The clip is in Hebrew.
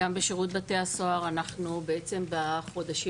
גם בשירות בתי הסוהר אנחנו בעצם החודשים